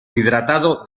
hidratado